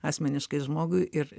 asmeniškai žmogui ir